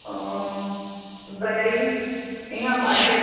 wedding हिंगा पाड्डे